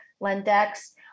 Lendex